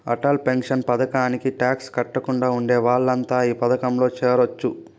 Atal pension పథకానికి tax కట్టకుండా ఉండే వాళ్లంతా ఈ పథకంలో చేరొచ్చు